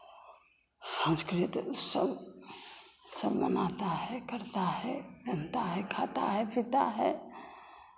संस्कृत सब सब मनाता है करता है बनता है खाता है पीता है